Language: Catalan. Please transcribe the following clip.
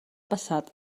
passat